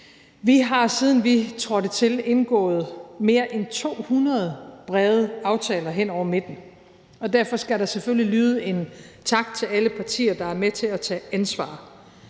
Vi har, siden vi tiltrådte, indgået mere end 200 brede aftaler hen over midten, og derfor skal der selvfølgelig lyde en tak til alle partier, der er med til at tage ansvar